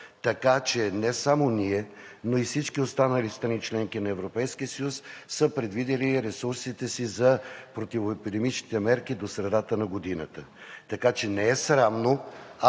Така че не само ние, но и всички останали страни – членки на Европейския съюз, са предвидили ресурсите си за противоепидемичните мерки до средата на годината. Така че не е срамно,